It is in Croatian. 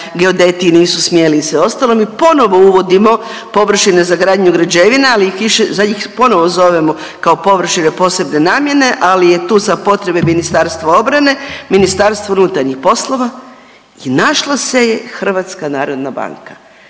geodeti nisu smjeli i sve ostalo. Mi ponovo uvodimo površine za gradnju građevina. Sad ih ponovo zovemo kao površine posebne namjene, ali je tu za potrebe Ministarstva obrane Ministarstvo unutarnjih poslova i našlo se je Hrvatska narodna banka.